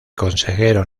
consejero